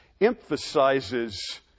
emphasizes